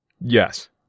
Yes